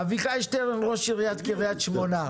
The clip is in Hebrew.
אביחי שטרן, ראש העיר קריית שמונה.